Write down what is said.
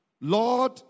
Lord